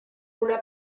una